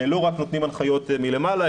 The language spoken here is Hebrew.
לא רק נותנים הנחיות מלמעלה,